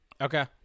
okay